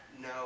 no